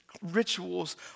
rituals